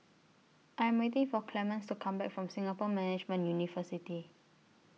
I Am waiting For Clemens to Come Back from Singapore Management University